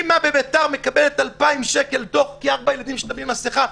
אימא בבית"ר מקבלת 2,000 שקל דוח כי ארבעת הילדים שלה בלי מסכות.